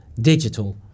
digital